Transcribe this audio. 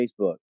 Facebook